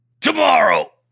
Tomorrow